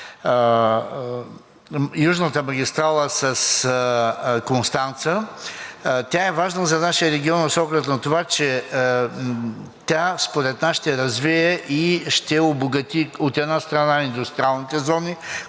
южната магистрала с Констанца, тя е важна за нашия регион с оглед на това, че тя според нас ще развие и ще обогати индустриалните зони,